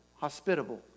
hospitable